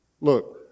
Look